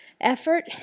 effort